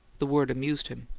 the word amused him.